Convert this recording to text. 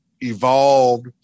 evolved